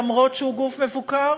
למרות היותו גוף מבוקר,